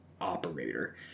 operator